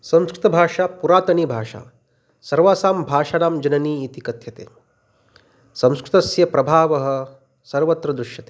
संस्कृतभाषा पुरातनी भाषा सर्वासां भाषणां जननी इति कथ्यते संस्कृतस्य प्रभावः सर्वत्र दृश्यते